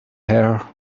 her